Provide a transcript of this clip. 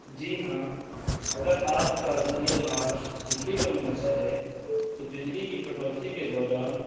جی ہاں اگر آپ کا ذریعۂ معاش بجلی پر منحصر ہے تو بجلی کی کٹوتی کے دوران